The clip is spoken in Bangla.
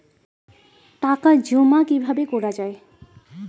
টাকা জমা কিভাবে করা য়ায়?